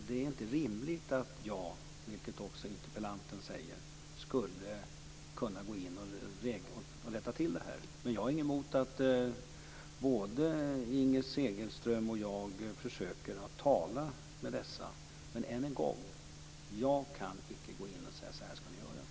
Det är inte rimligt att jag, som interpellanten också säger, skulle kunna gå in och rätta till det här. Men jag har ingenting emot att både Inger Segelström och jag försöker tala med parterna. Än en gång: Jag kan icke gå in och säga hur de skall göra.